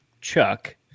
chuck